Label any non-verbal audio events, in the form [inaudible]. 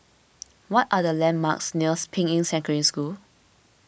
what are the landmarks near [unintelligible] Ping Yi Secondary School